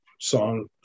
song